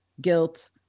guilt